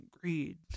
greed